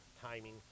timing